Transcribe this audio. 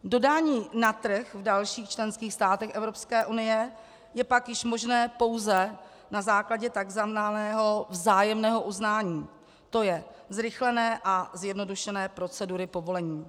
Dodání na trh v dalších členských státech Evropské unie je pak již možné pouze na základě tzv. vzájemného uznání, tj. zrychlené a zjednodušené procedury povolení.